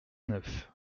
neuf